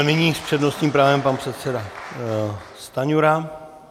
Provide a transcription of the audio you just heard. A nyní s přednostním právem pan předseda Stanjura.